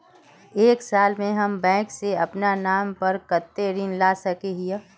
एक साल में हम बैंक से अपना नाम पर कते ऋण ला सके हिय?